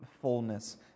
fullness